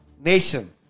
nation